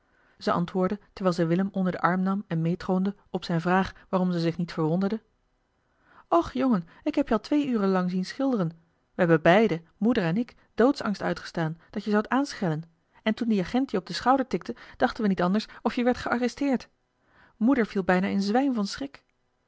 ze antwoordde terwijl ze willem onder den arm nam en meetroonde op zijne vraag waarom ze zich niet verwonderde och jongen ik heb je al twee uren lang zien schilderen we hebben beide moeder en ik doodsangst uitgestaan dat je zoudt aanschellen en toen die agent je op den schouder tikte dachten eli heimans willem roda we niet anders of je werdt gearresteerd moeder viel bijna in zwijm van schrik